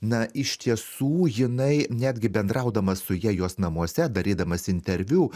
na iš tiesų jinai netgi bendraudamas su ja jos namuose darydamas interviu